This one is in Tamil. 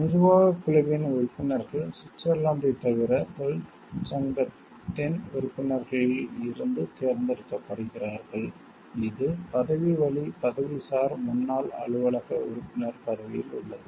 நிர்வாகக் குழுவின் உறுப்பினர்கள் சுவிட்சர்லாந்தைத் தவிர தொழிற்சங்கத்தின் உறுப்பினர்களில் இருந்து தேர்ந்தெடுக்கப்படுகிறார்கள் இது பதவிவழி பதவிசார் முன்னாள் அலுவலக உறுப்பினர் பதவியில் உள்ளது